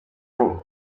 buri